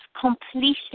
completely